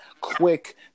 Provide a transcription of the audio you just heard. quick